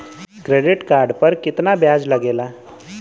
Credit card पर कितना ब्याज लगेला?